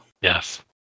Yes